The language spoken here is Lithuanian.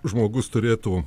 žmogus turėtų